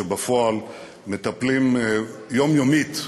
שבפועל מטפלים יומיומית,